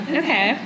okay